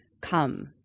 come